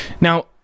Now